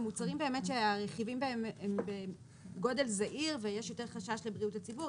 אלה מוצרים שהרכיבים בהם הם בגודל זעיר ויש יותר חשש לבריאות הציבור.